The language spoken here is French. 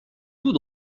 tout